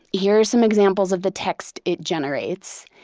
here's some examples of the text it generates.